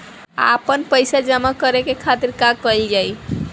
आपन पइसा जमा करे के खातिर का कइल जाइ?